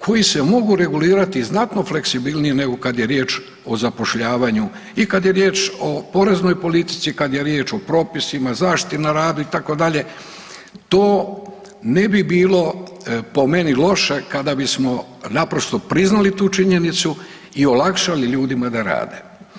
koji se mogu regulirati i znatno fleksibilnije nego kad je riječ o zapošljavanju i kad je riječ o poreznoj politici, kad je riječ o propisima, zaštiti na radu itd., to ne bi bilo po meni loše kada bismo naprosto priznali tu činjenicu i olakšali ljudima da rade.